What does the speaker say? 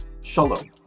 Shalom